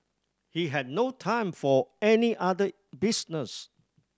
he had no time for any other business